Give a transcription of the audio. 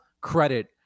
credit